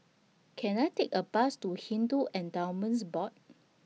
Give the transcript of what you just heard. Can I Take A Bus to Hindu Endowments Board